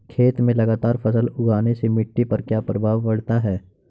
खेत में लगातार फसल उगाने से मिट्टी पर क्या प्रभाव पड़ता है?